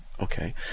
Okay